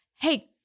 Hey